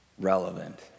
Relevant